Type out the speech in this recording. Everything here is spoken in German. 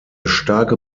starke